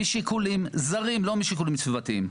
משיקולים זרים ולא משיקולים סביבתיים.